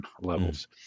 levels